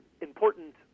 important